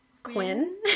Quinn